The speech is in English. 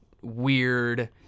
weird